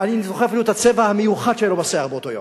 אני זוכר אפילו את הצבע המיוחד שלו בשיער באותו יום.